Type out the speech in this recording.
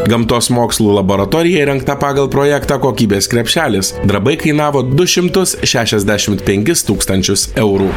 gamtos mokslų laboratorija įrengta pagal projektą kokybės krepšelis darbai kainavo du šimtus šešiasdešimt penkis tūkstančius eurų